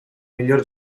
miglior